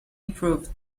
improved